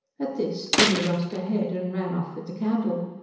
at this jinny lost her head and ran off with the candle.